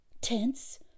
tense